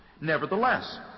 Nevertheless